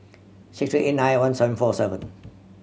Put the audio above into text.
six three eight nine one seven four seven